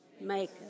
Make